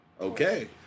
Okay